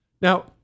Now